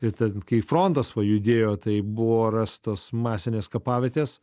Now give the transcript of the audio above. ir ten kai frontas pajudėjo tai buvo rastos masinės kapavietės